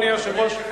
אדוני היושב-ראש,